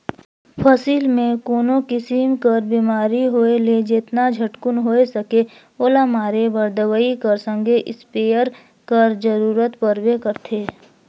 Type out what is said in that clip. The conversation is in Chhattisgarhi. फसिल मे कोनो किसिम कर बेमारी होए ले जेतना झटकुन होए सके ओला मारे बर दवई कर संघे इस्पेयर कर जरूरत परबे करथे